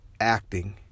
acting